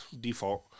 Default